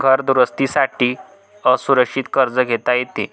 घर दुरुस्ती साठी असुरक्षित कर्ज घेता येते